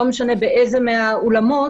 לא משנה באיזה מהאולמות